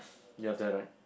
you have that right